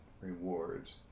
rewards